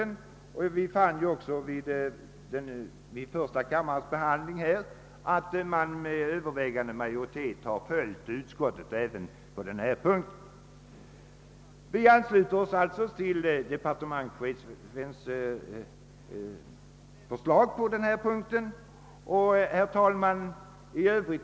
Första kammaren anslöt sig ju också vid sin behandling av frågan med överväldigande majoritet till utskottets förslag, som Överensstämmer med departementschefens proposition. Herr talman!